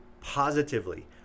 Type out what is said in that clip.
positively